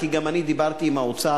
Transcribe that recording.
כי גם אני דיברתי עם האוצר,